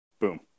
boom